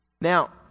Now